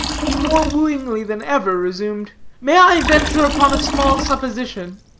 he more wooingly than ever resumed may i venture upon a small supposition?